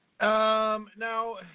Now